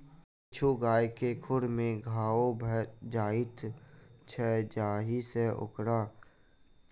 किछु गाय के खुर मे घाओ भ जाइत छै जाहि सँ ओकर